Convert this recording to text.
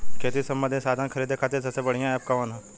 खेती से सबंधित साधन खरीदे खाती सबसे बढ़ियां एप कवन ह?